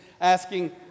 asking